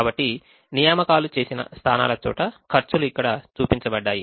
కాబట్టి నియామకాలు చేసిన స్థానాలు చోట ఖర్చులు ఇక్కడ చూపించబడ్డాయి